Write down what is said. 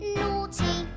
naughty